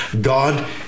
God